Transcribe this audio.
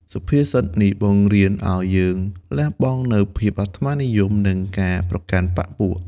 សុភាសិតនេះបង្រៀនឱ្យយើងលះបង់នូវភាពអាត្មានិយម និងការប្រកាន់បក្ខពួក។